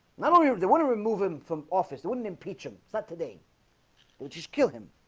not only they want to remove him from office. they wouldn't impeach him so today will just kill him.